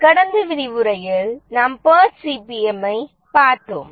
கடந்த விரிவுரையில் நாம் பேர்ட் சிபிம் யைப் பார்த்தோம்